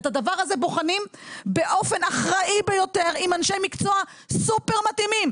את הדבר הזה בוחנים באופן אחראי ביותר עם אנשי מקצוע סופר מתאימים.